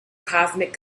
cosmic